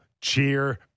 cheer